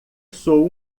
sou